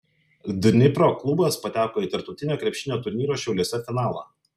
dnipro klubas pateko į tarptautinio krepšinio turnyro šiauliuose finalą